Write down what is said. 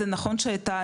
זה נכון שהייתה,